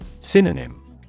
Synonym